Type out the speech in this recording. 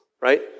right